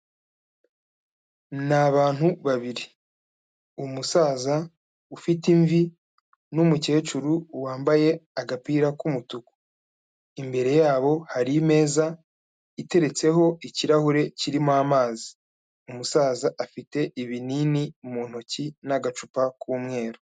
Ni abantu babiri, umusaza ufite imvi n'umukecuru wambaye agapira k'umutuku, imbere yabo hari imeza iteretseho ikirahure kirimo amazi, umusaza afite ibinini mu ntoki n'agacupa k'umweru.